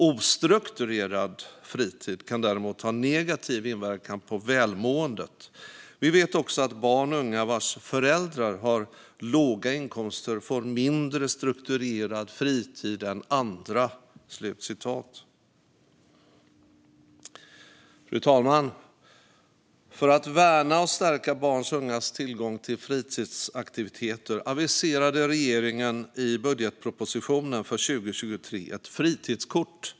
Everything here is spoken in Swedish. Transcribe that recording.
Ostrukturerad fritid kan däremot ha negativ inverkan på välmåendet. Vi vet också att barn och unga vars föräldrar har låga inkomster får mindre strukturerad fritid än andra." Fru talman! För att värna och stärka barns och ungas tillgång till fritidsaktiviteter aviserade regeringen i budgetpropositionen för 2023 ett fritidskort.